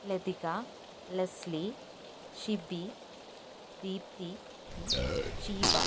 Lathika Leslie Shibi Deepthi Sheeba